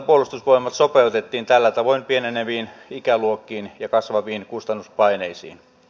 no en mä nyt tiedä onko siinä mitään puhuttavaa